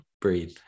breathe